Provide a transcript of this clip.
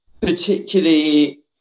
particularly